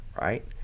right